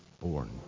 born